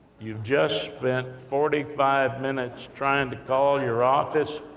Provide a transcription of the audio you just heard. you've just spent forty five minutes trying to call your office,